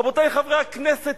רבותי חברי הכנסת,